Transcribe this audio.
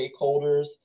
stakeholders